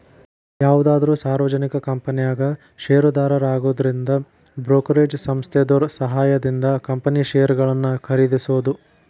ಯಾವುದಾದ್ರು ಸಾರ್ವಜನಿಕ ಕಂಪನ್ಯಾಗ ಷೇರುದಾರರಾಗುದಂದ್ರ ಬ್ರೋಕರೇಜ್ ಸಂಸ್ಥೆದೋರ್ ಸಹಾಯದಿಂದ ಕಂಪನಿ ಷೇರುಗಳನ್ನ ಖರೇದಿಸೋದು